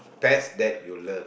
pets that you love